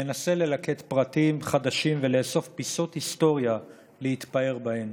מנסה ללקט פרטים חדשים ולאסוף פיסות היסטוריה להתפאר בהן.